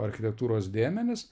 architektūros dėmenis